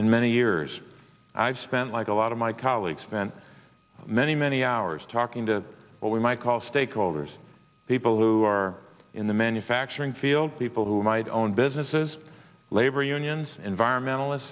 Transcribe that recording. and many years i've spent like a lot of my colleagues spent many many hours talking to what we might call stakeholders people who are in the manufacturing field people who might own businesses labor unions environmentalist